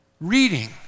reading